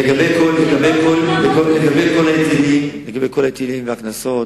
לגבי כל ההיטלים והקנסות,